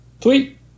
Tweet